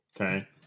Okay